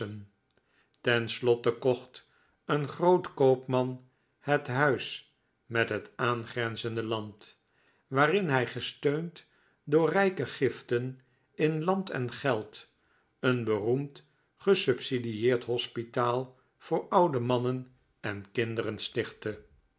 slotte kocht een groot koopman het huis met het aangrenzende land waarin hij gesteund door rijke giften in land en geld een beroemd gesubsidieerd hospitaal voor oude mannen en kinderen stichtte